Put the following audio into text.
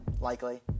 likely